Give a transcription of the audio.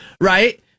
right